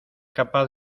capaz